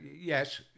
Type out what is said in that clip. yes